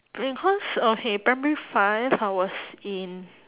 because okay primary five I was in